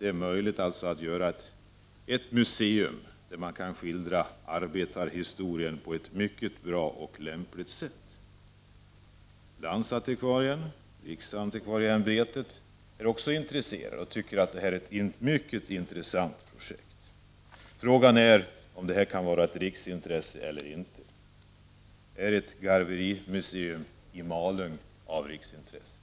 Det är möjligt att där göra ett museum där man kan skildra arbetarhistorian på ett mycket bra och lämpligt sätt. Landsantikvarien och riksantikvarieämbetet är också intresserade och tycker att detta är ett mycket intressant projekt. Frågan är om detta kan vara ett riksintresse eller inte. Är ett garverimuseum i Malung av riksintresse?